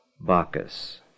Bacchus